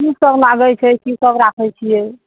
की सब लागय छै की सब राखय छियै